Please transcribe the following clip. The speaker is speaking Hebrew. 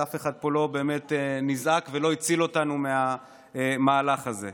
אף אחד פה לא באמת נזעק ולא הציל אותנו מהמהלך הזה.